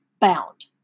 bound